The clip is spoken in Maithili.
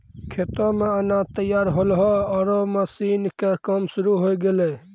खेतो मॅ अनाज तैयार होल्हों आरो मशीन के काम शुरू होय गेलै